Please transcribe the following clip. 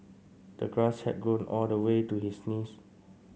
the grass had grown all the way to his knees